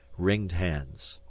ringed hands.